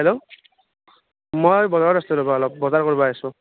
hello মই বজাৰত আছিলোঁ ৰ'বা অলপ বজাৰ কৰ্বা আইছোঁ